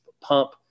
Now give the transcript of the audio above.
pump